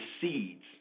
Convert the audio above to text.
seeds